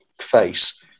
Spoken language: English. face